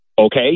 Okay